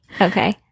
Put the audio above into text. okay